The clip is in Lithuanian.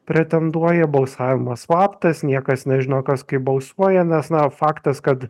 pretenduoja balsavimas slaptas niekas nežino kas kaip balsuoja nes na faktas kad